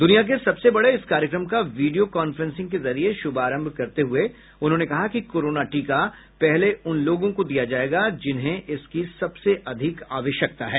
दुनिया के सबसे बड़े इस कार्यक्रम का वीडियो कांफ्रेंसिंग के जरिए शुभारंभ करते हुए उन्होंने कहा कि कोरोना टीका पहले उन लोगों को दिया जाएगा जिन्हें इसकी सबसे अधिक आवश्यकता है